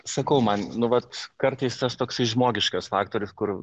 sakau man nu vat kartais tas toksai žmogiškas faktorius kur